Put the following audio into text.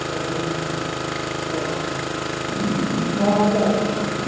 ᱯᱮᱨᱟᱭ ᱱᱚᱴᱟ ᱦᱳᱭ ᱧᱤᱫᱟᱹ ᱟᱴ ᱵᱟᱡᱮ ᱫᱷᱟᱹᱨᱤᱡ